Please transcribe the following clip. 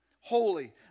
holy